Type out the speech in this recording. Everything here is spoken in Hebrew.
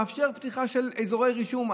מאפשר פתיחה של אזורי רישום?